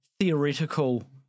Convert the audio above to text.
theoretical